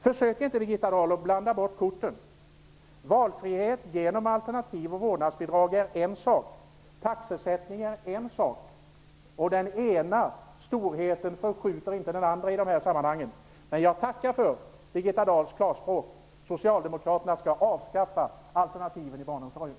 Försök inte, Birgitta Dahl, att blanda bort korten! Valfrihet genom alternativ och vårdnadsbidrag är en sak, taxesättning en annan sak, och den ena förskjuter inte den andra i dessa sammanhang. Men jag tackar för Birgitta Dahls klarspråk vad gäller att socialdemokraterna skall avskaffa alternativen i barnomsorgen.